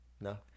No